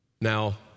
Now